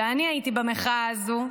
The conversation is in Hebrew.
כשאני הייתי במחאה הזו,